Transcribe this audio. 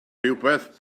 rhywbeth